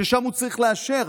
ששם הוא צריך לאשר.